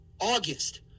August